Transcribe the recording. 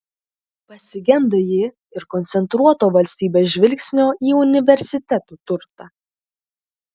pasigenda ji ir koncentruoto valstybės žvilgsnio į universitetų turtą